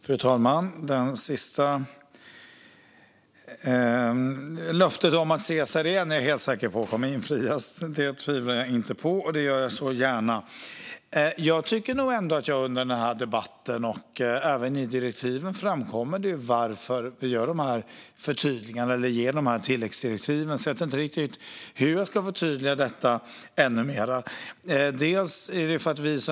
Fru talman! Löftet om att ses här igen kommer helt säkert att infrias. Gärna för mig! Jag tycker nog att det under debatten, liksom i direktiven, framkommit varför vi ger dessa tilläggsdirektiv. Jag vet inte hur jag ska kunna förtydliga det ännu mer.